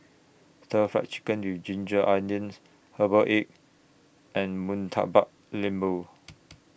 Stir Fried Chicken with Ginger Onions Herbal Egg and Murtabak Lembu